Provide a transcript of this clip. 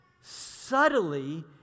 subtly